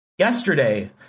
Yesterday